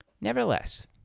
Nevertheless